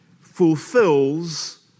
fulfills